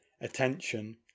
attention